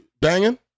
banging